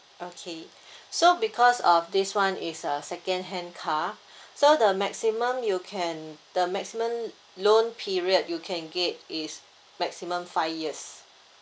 okay so because of this one is a second hand car so the maximum you can the maximum loan period you can get is maximum five years